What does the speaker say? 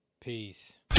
Peace